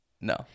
No